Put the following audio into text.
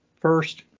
first